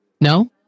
No